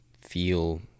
feel